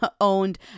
owned